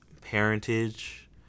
parentage